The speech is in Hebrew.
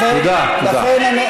לכן,